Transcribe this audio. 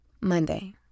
Monday